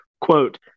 Quote